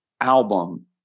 album